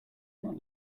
not